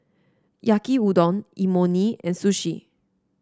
Yaki Udon Imoni and Sushi